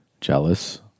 jealous